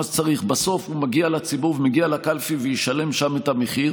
שצריך בסוף הוא מגיע לציבור ומגיע לקלפי וישלם שם את המחיר,